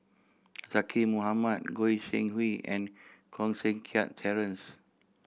Zaqy Mohamad Goi Seng Hui and Koh Seng Kiat Terence